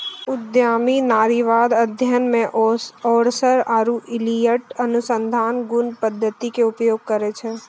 उद्यमी नारीवाद अध्ययन मे ओरसर आरु इलियट अनुसंधान गुण पद्धति के उपयोग करै छै